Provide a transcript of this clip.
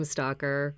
Stalker